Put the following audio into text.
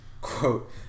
quote